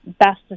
best